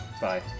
bye